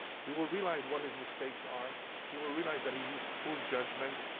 he will realize what his mistakes are. he will realize that he used poor judgment.